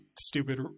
stupid